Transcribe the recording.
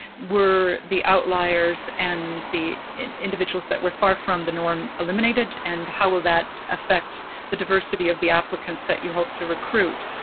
were the outliers and the individuals that were far from the norm eliminated and how will that affect the diversity of the applicants that you hope to recruit?